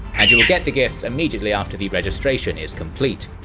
and you will get the gifts immediately after the registration is complete!